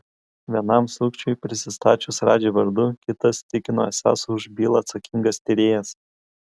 vienam sukčiui prisistačius radži vardu kitas tikino esąs už bylą atsakingas tyrėjas